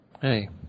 Hey